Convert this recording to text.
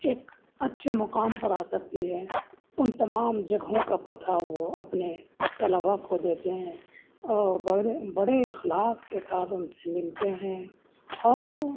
ایک اچھے مقام پر آ سکتی ہے ان تمام جگہوں کا پتہ وہ اپنے طلباء کو دیتے ہیں اور بڑے بڑے اخلاص کے ساتھ ان سے ملتے ہیں اور